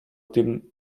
tym